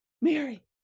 mary